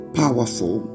powerful